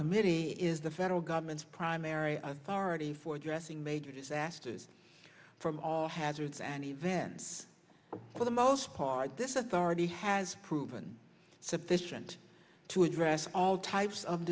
committee is the federal government's primary authority for addressing major disasters from all hazards and events for the most part this authority has proven sufficient to address all types of